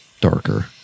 darker